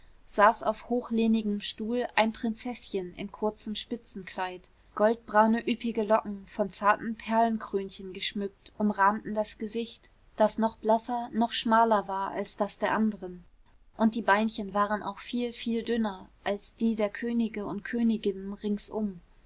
saß auf hochlehnigem stuhl ein prinzeßchen in kurzem spitzenkleid goldbraune üppige locken von zartem perlenkrönchen geschmückt umrahmten das gesicht das noch blasser noch schmaler war als das der anderen und die beinchen waren auch viel viel dünner als die der könige und königinnen ringsum